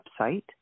website